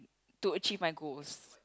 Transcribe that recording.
to achieve my goals